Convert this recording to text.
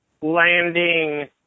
landing